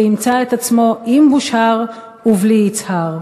וימצא את עצמו עם בושהר ובלי יצהר.